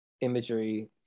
imagery